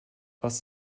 was